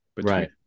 Right